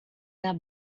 their